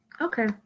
Okay